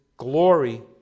Glory